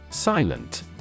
Silent